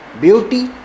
beauty